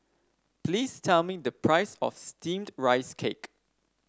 please tell me the price of steamed Rice Cake